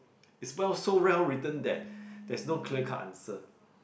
is spell so well written that there's no clear cut answer